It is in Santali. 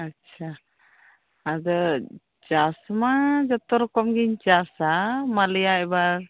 ᱟᱫᱚ ᱪᱟᱥ ᱢᱟ ᱡᱚᱛᱚ ᱨᱚᱠᱚᱢ ᱜᱤᱧ ᱪᱟᱥᱟ ᱢᱟᱱᱮ ᱟᱭᱢᱟ